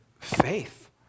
Faith